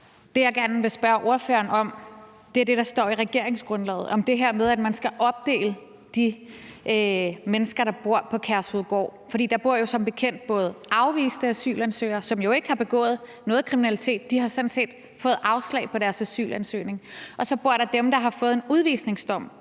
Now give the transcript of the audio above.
Det, jeg gerne vil spørge ordføreren om, er det, der står i regeringsgrundlaget om det her med, at man skal opdele de mennesker, der bor på Kærshovedgård. For der bor jo som bekendt både afviste asylansøgere, som jo ikke har begået nogen kriminalitet – de har sådan set fået afslag på deres asylansøgning – og så bor der dem, der har fået en udvisningsdom,